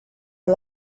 and